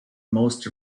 most